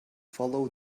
follow